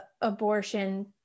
abortion